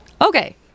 Okay